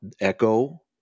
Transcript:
Echo